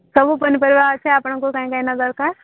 ସବୁ ପନିପରିବା ଅଛି ଆପଣଙ୍କୁ କାଇଁ କାଇଁ ନ ଦରକାର